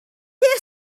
chi